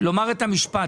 לומר את המשפט הזה.